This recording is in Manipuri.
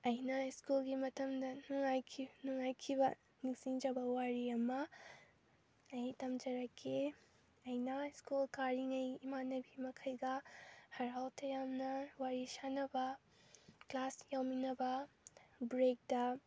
ꯑꯩꯅ ꯁ꯭ꯀꯨꯜꯒꯤ ꯃꯇꯝꯗ ꯅꯨꯡꯉꯥꯏꯈꯤ ꯅꯨꯡꯉꯥꯏꯈꯤꯕ ꯅꯤꯡꯁꯤꯡꯖꯕ ꯋꯥꯔꯤ ꯑꯃ ꯑꯩ ꯇꯝꯖꯔꯛꯀꯦ ꯑꯩꯅ ꯁ꯭ꯀꯨꯜ ꯀꯥꯔꯤꯉꯩ ꯏꯃꯥꯟꯅꯕꯤ ꯃꯈꯩꯒ ꯍꯔꯥꯎ ꯇꯌꯥꯝꯅ ꯋꯥꯔꯤ ꯁꯥꯟꯅꯕ ꯀ꯭ꯂꯥꯁ ꯌꯥꯎꯃꯤꯟꯅꯕ ꯕ꯭ꯔꯦꯛꯇ